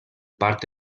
part